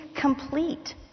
complete